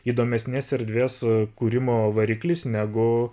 įdomesnės erdvės kūrimo variklis negu